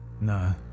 No